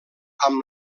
amb